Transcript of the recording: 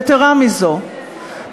יתרה מזאת,